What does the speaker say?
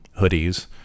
hoodies